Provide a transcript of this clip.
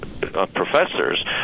professors